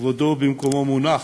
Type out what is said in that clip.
כבודו במקומו מונח,